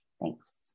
Thanks